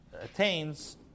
Attains